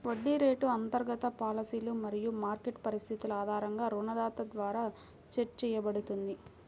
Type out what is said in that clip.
వడ్డీ రేటు అంతర్గత పాలసీలు మరియు మార్కెట్ పరిస్థితుల ఆధారంగా రుణదాత ద్వారా సెట్ చేయబడుతుంది